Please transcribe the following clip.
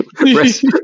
Rest